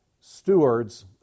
stewards